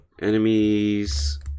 enemies